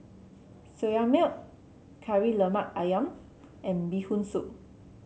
Soya Milk Kari Lemak ayam and Bee Hoon Soup